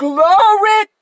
Glory